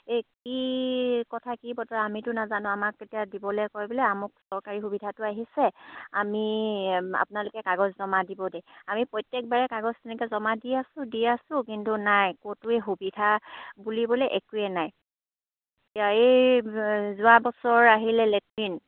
এই কি কথা কি বতৰা আমিতো নাজানো আমাক এতিয়া দিবলৈ কয় বোলে আমাক চৰকাৰী সুবিধাটো আহিছে আমি আপোনালোকে কাগজ জমা দিব দেই আমি প্ৰত্যেকবাৰে কাগজ তেনেকৈ জমা দি আছোঁ দি আছোঁ কিন্তু নাই ক'তোৱেই সুবিধা বুলিবলে একোৱে নাই এই যোৱা বছৰ আহিলে লেট্ৰিন